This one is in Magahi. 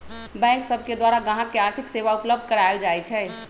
बैंक सब के द्वारा गाहक के आर्थिक सेवा उपलब्ध कराएल जाइ छइ